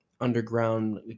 underground